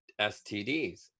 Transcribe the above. STDs